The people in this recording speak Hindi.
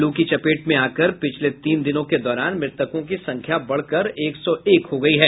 लू की चपेट में आकर पिछले तीन दिनों के दौरान मृतकों की संख्या बढ़कर एक सौ एक हो गयी है